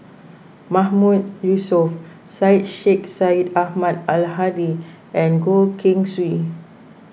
Mahmood Yusof Syed Sheikh Syed Ahmad Al Hadi and Goh Keng Swee